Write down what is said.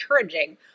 encouraging